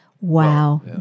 Wow